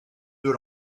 deux